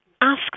ask